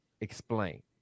explain